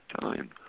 time